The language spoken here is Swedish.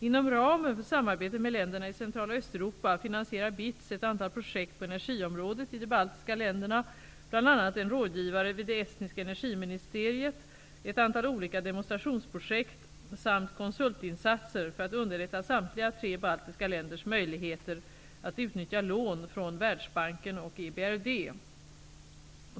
Inom ramen för samarbetet med länderna i Central och Östeuropa finansierar BITS ett antal projekt på energiområdet i de baltiska länderna, bl.a. en rådgivare vid det estniska energiministeriet, ett antal olika demonstrationsprojekt samt konsultinsatser för att underlätta samtliga tre baltiska länders möjligheter att utnyttja lån från Världsbanken och EBRD.